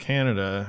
Canada